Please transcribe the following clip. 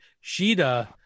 Sheeta